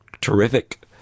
terrific